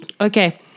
Okay